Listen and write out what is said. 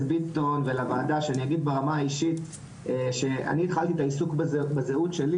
ביטון ולוועדה שאני אגיד ברמה האישית שאני התחלתי את העיסוק בזהות שלי